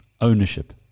ownership